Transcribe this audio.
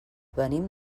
venim